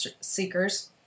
seekers